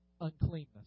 uncleanness